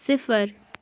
صِفر